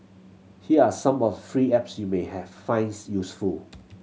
here are some of free apps you may finds useful